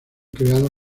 creados